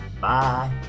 bye